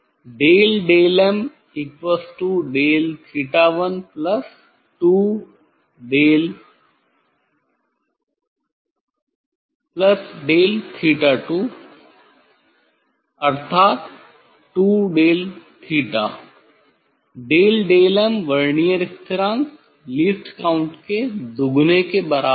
del डेलmडेल theta 1डेलथीटा 2 अर्थात 2डेल थीटा डेल डेलm वर्नियर स्थिरांक लीस्ट काउंट के दुगने के बराबर है